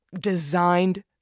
designed